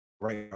right